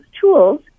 tools –